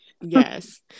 Yes